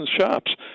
shops